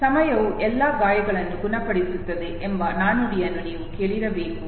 ಸಮಯವು ಎಲ್ಲಾ ಗಾಯಗಳನ್ನು ಗುಣಪಡಿಸುತ್ತದೆ ಎಂಬ ನಾಣ್ಣುಡಿಯನ್ನು ನೀವು ಕೇಳಿರಬೇಕು